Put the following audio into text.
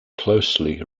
closely